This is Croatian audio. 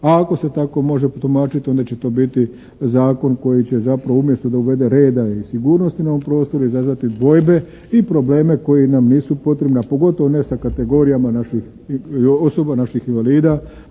ako se tako može tumačiti onda će to biti zakon koji će zapravo umjesto da uvede reda i sigurnosti na ovom prostoru izazvati dvojbe i probleme koji nam nisu potrebni. A pogotovo ne sa kategorijama naših osoba, naših invalida